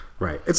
Right